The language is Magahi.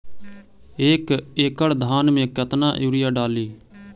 एक एकड़ धान मे कतना यूरिया डाली?